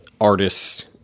artists